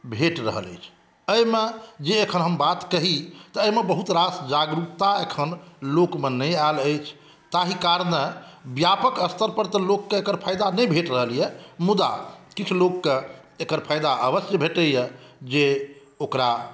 भेट रहल अछि एहिमे जे एखन हम बात कही तऽ एहिमे बहुत रास जागरूकता एखन लोकमे नहि आएल अछि ताहि कारणे व्यापक स्तर पर तऽ लोकके एकर फायदा नहि भेट रहल यऽ मुदा किछु लोकके एकर फायदा अवश्य भेटै यऽ जे ओकरा